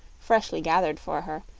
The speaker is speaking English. freshly gathered for her,